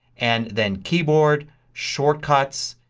and then keyboard, shortcuts,